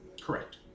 Correct